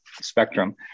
spectrum